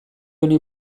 honi